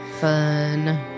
Fun